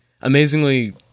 amazingly